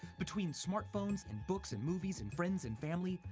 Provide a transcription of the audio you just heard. between smartphones and books, and movies, and friends and family,